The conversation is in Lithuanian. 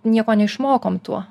nieko neišmokom tuo